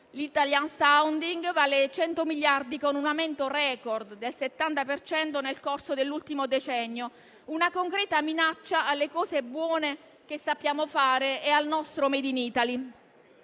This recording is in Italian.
L'*italian sounding* vale 100 miliardi, con un aumento *record* del 70 per cento nel corso dell'ultimo decennio, ed è una concreta minaccia alle cose buone che sappiamo fare e al nostro made in Italy.